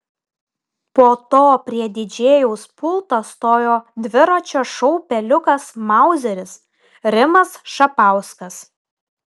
po to prie didžėjaus pulto stojo dviračio šou peliukas mauzeris rimas šapauskas